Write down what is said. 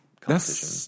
competition